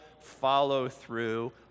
follow-through